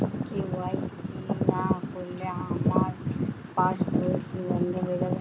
KYC না করলে আমার পাশ বই কি বন্ধ হয়ে যাবে?